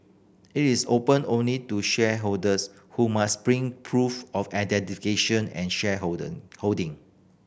it is open only to shareholders who must bring proof of identification and